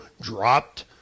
dropped